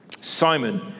Simon